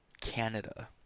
Canada